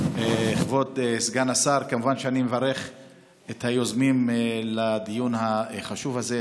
אני מברך את היוזמים על דיון החשוב הזה,